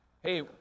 Hey